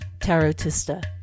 tarotista